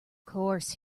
course